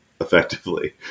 effectively